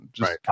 right